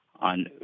on